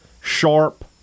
sharp